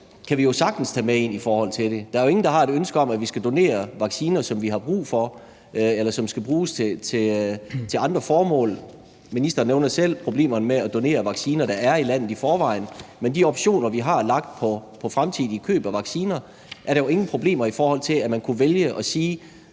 kan vi jo sagtens tage med ind i forhold til det. Der er jo ingen, der har et ønske om, at vi skal donere vacciner, som vi har brug for, eller som skal bruges til andre formål. Ministeren nævnede selv problemerne med at donere vacciner, der er i landet i forvejen. Men med de optioner, vi har lagt på fremtidige køb af vacciner, er der jo ingen problemer, i forhold til at man kunne vælge at sige,